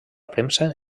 premsa